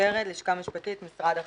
אני אפרת ורד, הלשכה המשפטית, משרד החקלאות.